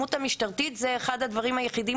האלימות המשטרתית היא אולי אחד הדברים היחידים